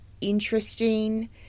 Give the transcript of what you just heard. interesting